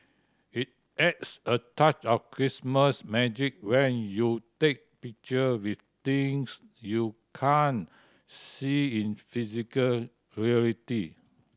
it adds a touch of Christmas magic when you take picture with things you can't see in physical reality